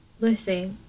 Lucy